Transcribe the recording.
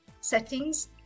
settings